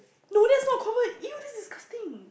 no that's not common !eww! that's disgusting